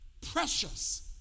precious